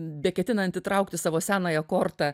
beketinanti traukti savo senąją kortą